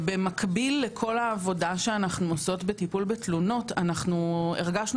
במקביל לכל העבודה שאנחנו עושות בטיפול בתלונות הרגשנו